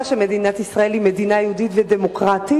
שמדינת ישראל היא מדינה יהודית ודמוקרטית.